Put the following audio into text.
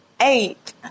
eight